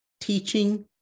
teaching